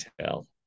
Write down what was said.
tell